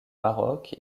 maroc